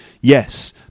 yes